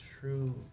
true